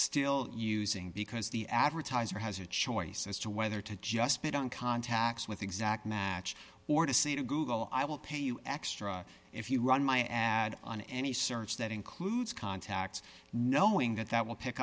still using because the advertiser has a choice as to whether to just bid on contacts with exact match or to say to google i will pay you extra if you run my ad on any search that includes contacts knowing that that will pick